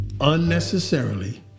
unnecessarily